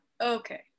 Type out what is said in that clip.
Okay